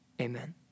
Amen